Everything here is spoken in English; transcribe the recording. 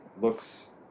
looks